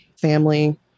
family